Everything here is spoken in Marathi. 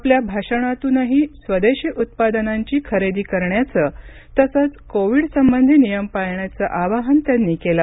आपल्या या भाषणातूनही स्वदेशी उत्पादनांची खरेदी करण्याचं तसंच कोविड संबधी नियम पाळण्याचं आवाहन त्यांनी केलं